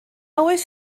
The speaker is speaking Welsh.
oes